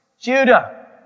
Judah